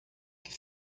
que